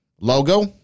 logo